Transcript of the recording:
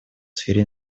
сфере